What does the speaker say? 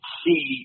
see